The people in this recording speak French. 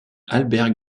albert